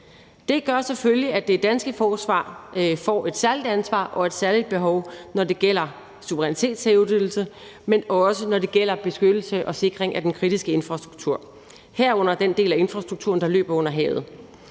Det gør selvfølgelig, at det danske forsvar får et særligt ansvar og et særligt behov, når det gælder suverænitetshævdelse, men også når det gælder beskyttelse og sikring af den kritiske infrastruktur, herunder den del af infrastrukturen, der løber under havet.